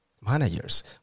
managers